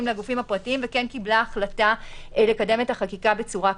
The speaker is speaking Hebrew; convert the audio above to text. לגופים הפרטיים וקיבלה החלטה לקדם את החקיקה בצורה כזאת.